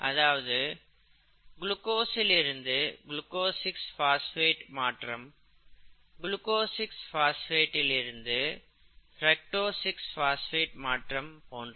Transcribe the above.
அதாவது குளுக்கோசில் இருந்து குளுக்கோஸ் 6 பாஸ்பேட் மாற்றம் குளுக்கோஸ் 6 பாஸ்பேட்டில் இருந்து பிரக்டோஸ் 6 பாஸ்பேட் மாற்றம் போன்றவை